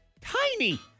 Tiny